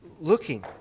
looking